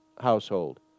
household